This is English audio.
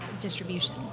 distribution